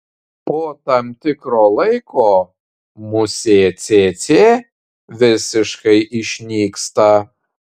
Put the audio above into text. po tam tikro laiko musė cėcė visiškai išnyksta